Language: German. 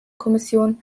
kommission